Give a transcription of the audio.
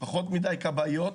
פחות מדי כבאיות,